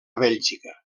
bèlgica